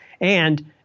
And-